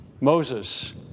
Moses